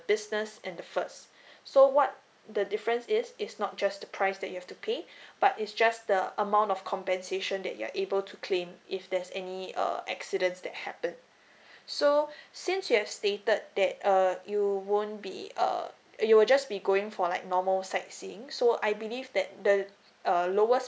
business and the first so what the difference is it's not just the price that you have to pay but it's just the amount of compensation that you're able to claim if there's any uh accidents that happen so since you have stated that err you won't be uh you will just be going for like normal sightseeing so I believe that the err lowest